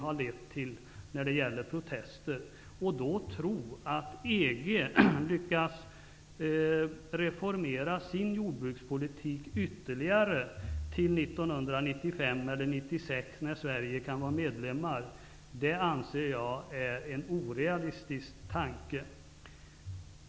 Att då tro att EG:s lyckas att ytterligare reformera sin jordbrukspolitik till 1995-1996 när Sverige kan bli medlem är orealistiskt.